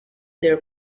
their